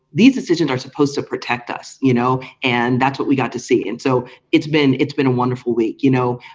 these are supposed to protect us, you know and that's what we got to see and so it's been it's been a wonderful week, you know